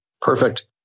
Perfect